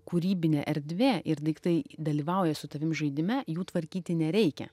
kūrybinė erdvė ir daiktai dalyvauja su tavim žaidime jų tvarkyti nereikia